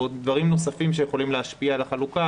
או דברים נוספים שיכולים להשפיע על החלוקה,